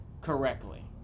correctly